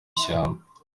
ishyamba